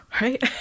right